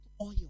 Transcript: oil